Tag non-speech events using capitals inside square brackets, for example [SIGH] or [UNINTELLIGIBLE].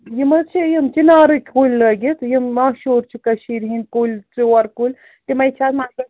یِم حظ چھِ یِم چِنارٕکۍ کُلۍ لٲگِتھ یِم ماشوٗر چھِ کٔشیٖر ہِنٛدۍ کُلۍ ژور کُلۍ تِمَے چھِ اَتھ [UNINTELLIGIBLE]